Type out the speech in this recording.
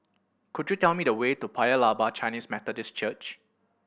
could you tell me the way to Paya Lebar Chinese Methodist Church